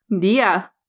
Dia